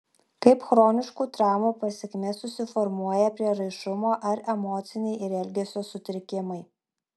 kaip chroniškų traumų pasekmė susiformuoja prieraišumo ar emociniai ir elgesio sutrikimai